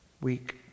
week